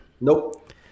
Nope